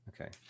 Okay